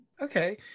Okay